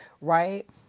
right